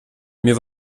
mir